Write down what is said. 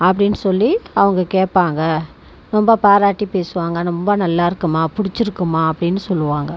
அப்படின்னு சொல்லி அவங்க கேட்பாங்க ரொம்ப பாராட்டி பேசுவாங்க ரொம்ப நல்லாருக்குமா பிடிச்சிருக்குமா அப்படின்னு சொல்லுவாங்கள்